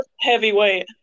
Heavyweight